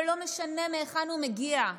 ולא משנה מהיכן הוא מגיע,